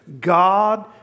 God